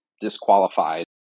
disqualified